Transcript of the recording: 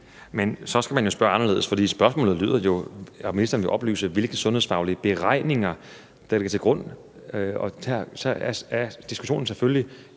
Men så skal man jo spørge anderledes, for spørgsmålet lyder jo, om ministeren vil oplyse, hvilke sundhedsfaglige beregninger, der ligger til grund. Og så er diskussionen selvfølgelig,